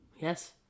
Yes